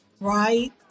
right